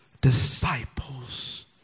disciples